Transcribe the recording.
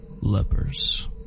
Lepers